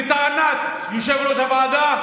לטענת יושב-ראש הוועדה,